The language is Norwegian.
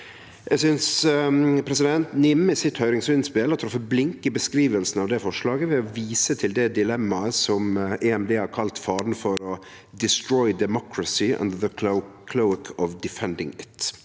Eg synest NIM i sitt høyringsinnspel har treft blink i beskrivinga av forslaget ved å vise til det dilemmaet som EMD har kalla faren for å «destroy democracy under the cloak of defending it».